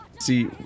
See